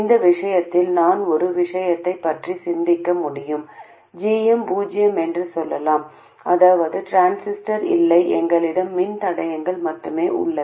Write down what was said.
இந்த விஷயத்தில் நான் ஒரு விஷயத்தைப் பற்றி சிந்திக்க முடியும் gm பூஜ்யம் என்று சொல்லலாம் அதாவது டிரான்சிஸ்டர் இல்லை எங்களிடம் மின்தடையங்கள் மட்டுமே உள்ளன